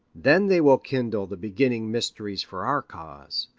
then they will kindle the beginning mysteries for our cause.